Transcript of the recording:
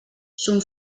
son